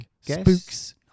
spooks